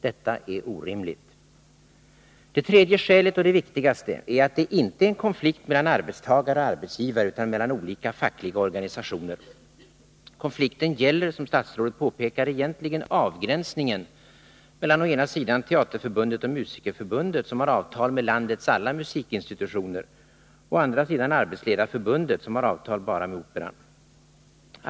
Detta är orimligt. Det tredje skälet — och det viktigaste — är att det inte är en konflikt mellan arbetstagare och arbetsgivare utan mellan olika fackliga organisationer. Konflikten gäller, som statsrådet påpekade, egentligen avgränsningen mellan å ena sidan Teaterförbundet och Musikerförbundet, som har avtal med landets alla musikinstitutioner, och å andra sidan Arbetsledareförbundet, som har avtal bara med Operan.